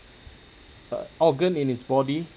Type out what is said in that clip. uh organ in his body